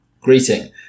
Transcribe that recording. greeting